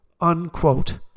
Unquote